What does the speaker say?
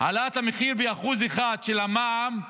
שהעלאת המחיר ב-1%, של המע"מ,